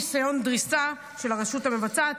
ניסיון דריסה של הרשות המבצעת.